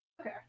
Okay